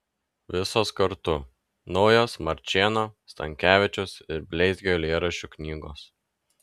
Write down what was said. visos kartu naujos marčėno stankevičiaus ir bleizgio eilėraščių knygos